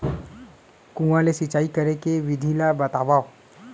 कुआं ले सिंचाई करे के विधि ला बतावव?